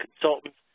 consultants